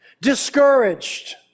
discouraged